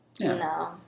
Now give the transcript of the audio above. No